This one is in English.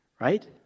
Right